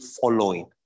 following